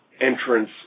entrance